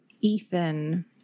Ethan